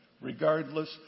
regardless